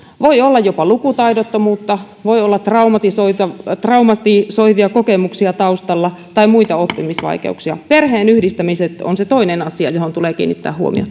voi olla jopa lukutaidottomuutta voi olla traumatisoivia traumatisoivia kokemuksia taustalla tai muita oppimisvaikeuksia perheenyhdistämiset ovat se toinen asia johon tulee kiinnittää huomiota